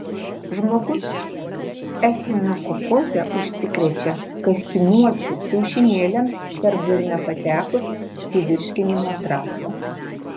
žmogus echinokokoze užsikrečia kaspinuočių kiaušinėliams per burną patekus į virškinimo traktą